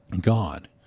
God